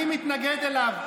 אני מתנגד לו.